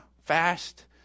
fast